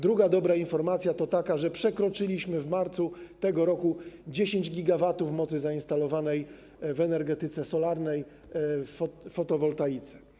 Druga dobra informacja to taka, że przekroczyliśmy w marcu tego roku 10 GW mocy zainstalowanej w energetyce solarnej, w fotowoltaice.